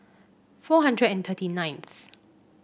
four hundred and thirty ninth